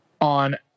on